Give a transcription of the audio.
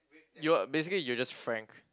you are basically you're just frank